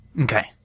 Okay